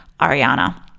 Ariana